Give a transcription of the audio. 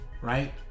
right